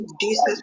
Jesus